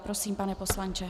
Prosím, pane poslanče.